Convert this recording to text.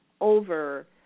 over